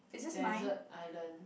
desert island